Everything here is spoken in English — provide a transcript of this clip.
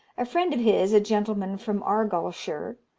a friend of his, a gentleman from argyllshire,